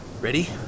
Ready